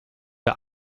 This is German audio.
der